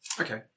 Okay